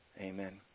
Amen